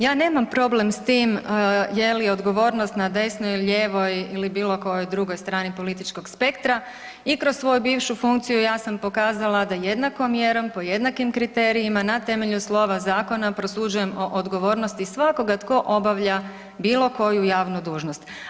Ja nemam problem s tim je li odgovornost na desnoj ili lijevoj ili bilokojoj strani političkog spektra, i kroz svoju bivšu funkciju, ja sam pokazala da jednakom mjerom, pod jednakim kriterijima na temelju slova zakona, prosuđujem o odgovornosti svakoga tko obavlja bilokoju javnu dužnost.